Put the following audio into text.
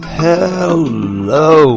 hello